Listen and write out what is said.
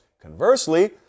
Conversely